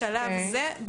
בשלב זה,